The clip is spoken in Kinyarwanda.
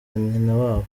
nyinawabo